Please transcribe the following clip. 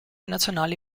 nazionali